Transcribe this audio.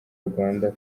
rwanda